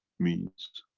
means